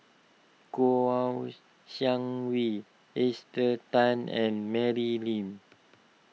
Kouo Shang Wei Esther Tan and Mary Lim